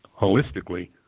holistically